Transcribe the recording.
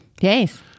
Yes